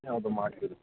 ಯಾವುದು ಮಾಡಲಿಲ್ವ